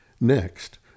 Next